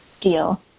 deal